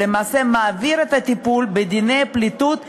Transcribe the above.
ולמעשה מעביר את הטיפול בדיני פליטות לבתי-המשפט,